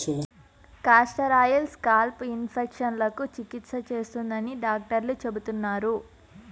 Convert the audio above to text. castor oil scalp ఇన్ఫెక్షన్లకు చికిత్స చేస్తుందని డాక్టర్లు చెబుతున్నారు